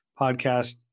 podcast